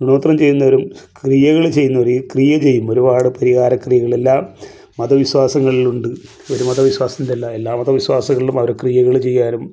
കൂടോത്രം ചെയ്യുന്നവരും ക്രിയകൾ ചെയ്യുന്നവർ ഈ ക്രിയ ചെയ്യുമ്പോൾ ഒരുപാട് പരിഹാരക്രിയകളെല്ലാം മതവിശ്വാസങ്ങളിലുണ്ട് ഒരു മത വിശ്വാസത്തിലല്ല എല്ലാ മതവിശ്വാസങ്ങളിലും അവർ ക്രിയകൾ ചെയ്യാനും